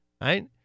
Right